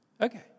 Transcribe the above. Okay